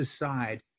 decide